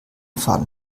faden